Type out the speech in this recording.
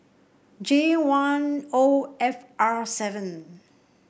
J one O F R seven